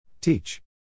Teach